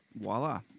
voila